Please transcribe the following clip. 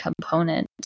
component